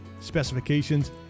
specifications